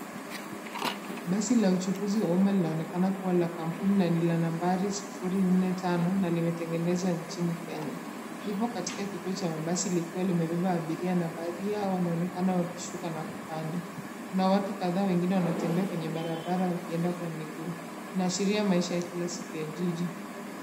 Basi la uchuguzi wa umma linaonekana kuwa la kampuni na ni lina nambari 045 na limetengenezwa nchini Kenya. Lipo katika kituo cha mabasi likiwa limebeba abiria na baadhi yao wanaonekana kushuka na kupanda. Kuna watu kataa wengine wanatembea kwenye barabara wakienda kwa miguu, inaashiria maisha ya kila siku ya jiji.